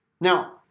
Now